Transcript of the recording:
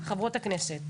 חברות הכנסת.